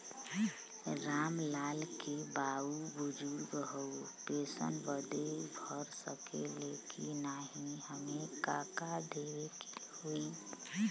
राम लाल के बाऊ बुजुर्ग ह ऊ पेंशन बदे भर सके ले की नाही एमे का का देवे के होई?